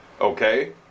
Okay